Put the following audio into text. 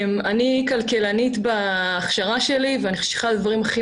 אני כלכלנית בהכשרה שלי ואני חושבת שאחד הדברים הכי